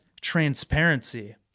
transparency